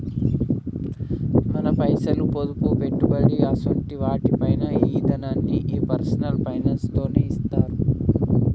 మన పైసలు, పొదుపు, పెట్టుబడి అసోంటి వాటి పైన ఓ ఇదనాన్ని ఈ పర్సనల్ ఫైనాన్స్ లోనే సూత్తరట